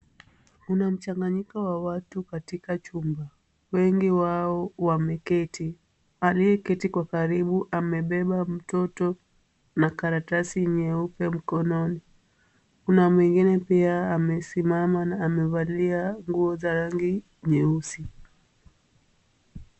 Kuna mchanganyiko wa watu katika chumba. Wengi wao wameketi. Aliyeketi kwa karibu amebeba mtoto na karatasi nyeupe mkononi. Kuna mwingine pia amesimama na amevalia nguo za rangi nyeusi.